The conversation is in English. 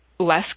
less